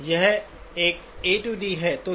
यह एक A D AD है